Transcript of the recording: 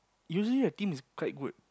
usually the team is quite good